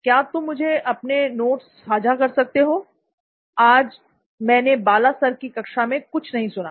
क्या तुम अपने नोट साझा कर सकते हो मैंने आज बाला सर की कक्षा में कुछ नहीं सुना